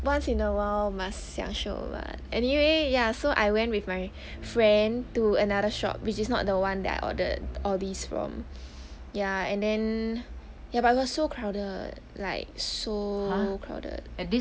once in a while must 享受 [one] but anyway ya so I went with my friend to another shop which is not the one that I ordered all these from ya and then ya but was so crowded like so crowded